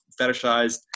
fetishized